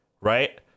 right